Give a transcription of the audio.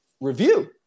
review